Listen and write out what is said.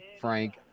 Frank